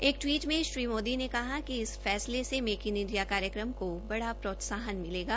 एक टिवीट में श्री मोदी ने कहा कि इस फैस्ले से मेक इन इंडिया कार्यक्रम को ब्रड़ा प्रोत्साहन मिलेगा